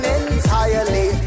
entirely